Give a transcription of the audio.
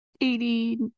Eighty